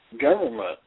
government